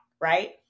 right